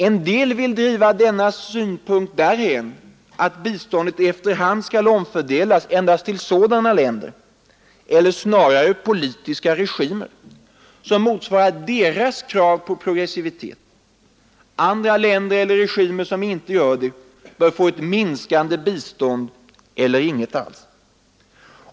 En del vill driva denna synpunkt därhän att biståndet efter hand skall omfördelas endast till sådana länder — eller snarare politiska regimer — som motsvarar deras krav på progressivitet; andra länder eller regimer, som inte gör det, bör få ett minskande bistånd, eller inget alls.